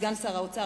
סגן שר האוצר,